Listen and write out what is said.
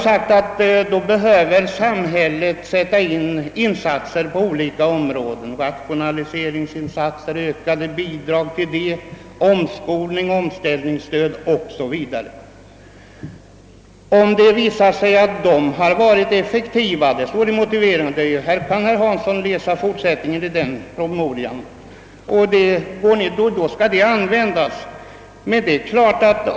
Samhället behöver då göra insatser på olika områden: rationalisering, ökade bidrag till omskolning, omställningsstöd osv. Om det visar sig att de har varit effektiva — det står i motiveringen, om herr Hansson läser vidare i promemorian — skall dessa metoder användas.